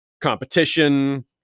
competition